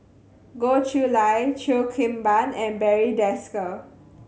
Goh Chiew Lye Cheo Kim Ban and Barry Desker